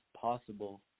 possible